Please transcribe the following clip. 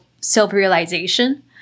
self-realization